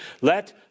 let